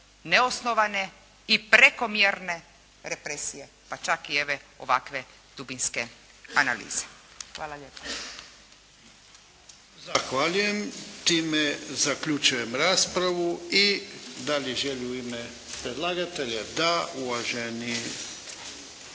neosnovane i prekomjerne represije pa čak i ove ovakve dubinske analize. Hvala lijepo. **Jarnjak, Ivan (HDZ)** Zahvaljujem. Time zaključujem raspravu. I da li želi u ime predlagatelja? Da. Uvaženi